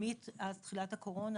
מאז תחילת הקורונה